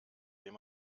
den